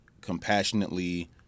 compassionately